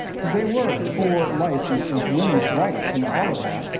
because they were for life and and women's rights and all of that.